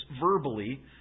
verbally